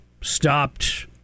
stopped